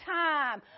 time